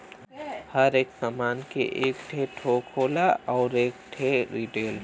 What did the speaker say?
हर एक सामान के एक ठे थोक होला अउर एक ठे रीटेल